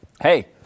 hey